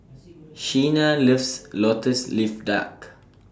Chyna loves Lotus Leaf Duck